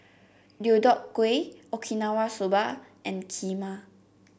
Deodeok Gui Okinawa Soba and Kheema